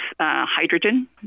hydrogen